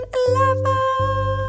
eleven